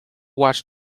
watch